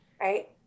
right